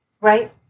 Right